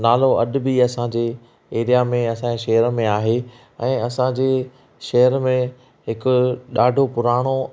नलो अॼु बि असां जे एरिया में असां जे शहर में आहे ऐं असां जे शहर में हिकु ॾाढो पुराणो